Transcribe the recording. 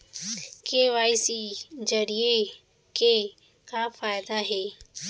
KYC जरिए के का फायदा हे?